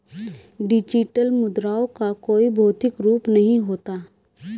digital मुद्राओं का कोई भौतिक रूप नहीं होता